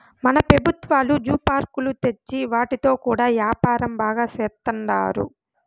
మన పెబుత్వాలు జూ పార్కులు తెచ్చి వాటితో కూడా యాపారం బాగా సేత్తండారు